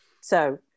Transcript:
so-